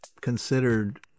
considered